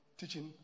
teaching